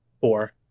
four